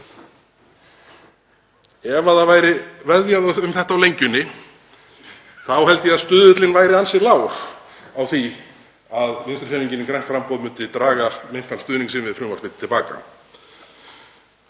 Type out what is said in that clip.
Ef það væri veðjað um þetta á Lengjunni þá held ég að stuðullinn væri ansi lágur á því að Vinstrihreyfingin – grænt framboð myndi draga meintan stuðning sinn við frumvarpið til baka.